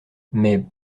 mais